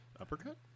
Uppercut